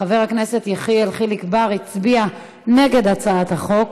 חבר הכנסת יחיאל חיליק בר הצביע נגד הצעת החוק.